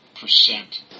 percent